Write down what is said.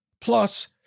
Plus